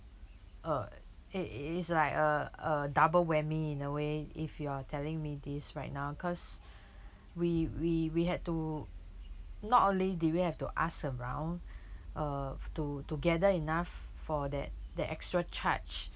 uh it it is like a a double whammy in a way if you are telling me this right now cause we we we had to not only did we have to ask around uh to to gather enough for that that extra charge